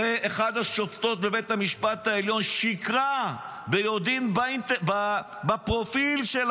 הרי אחת השופטות בבית המשפט העליון שיקרה ביודעין בפרופיל של